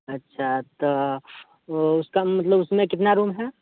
अच्छा तो वो उसका मतलब उसमें कितने रूम हैं